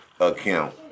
account